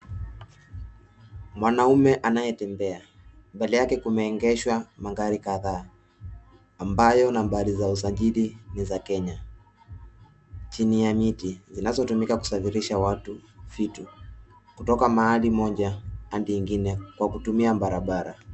Mwanaume anayetembea. Mbele yake kumeegeshwa magari kadhaa ambayo nambari za usajili ni za Kenya chini ya miti. Zinazotumika kusafirisha watu, vitu kutoka mahali moja adi ingine kwa kutumia barabara.